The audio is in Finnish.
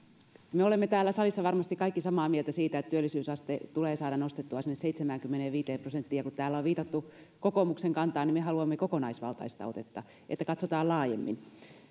me olemme täällä salissa varmasti kaikki samaa mieltä siitä että työllisyysaste tulee saada nostettua sinne seitsemäänkymmeneenviiteen prosenttiin ja kun täällä on viitattu kokoomuksen kantaan niin me haluamme kokonaisvaltaista otetta sitä että katsotaan laajemmin haluamme että